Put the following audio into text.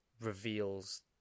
reveals